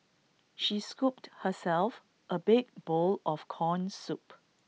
she scooped herself A big bowl of Corn Soup